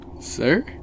Sir